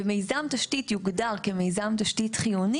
ומיזם תשתית יוגדר כמיזם תשתית חיוני